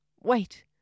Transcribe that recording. Wait